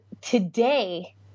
today